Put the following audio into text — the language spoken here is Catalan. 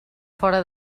fora